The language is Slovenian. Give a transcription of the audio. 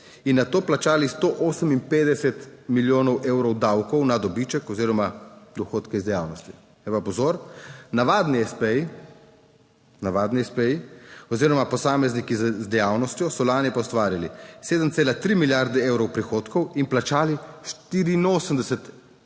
in nato plačali 158 milijonov evrov davkov na dobiček oziroma dohodke iz dejavnosti. Zdaj pa pozor, navadni espeji, navadni espeji oziroma posamezniki z dejavnostjo so lani pa ustvarili 7,3 milijarde evrov prihodkov in plačali 84 milijonov